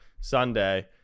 Sunday